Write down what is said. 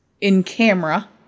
in-camera